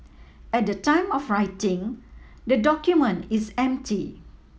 at the time of writing the document is empty